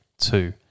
two